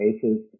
Aces